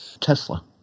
Tesla